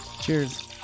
cheers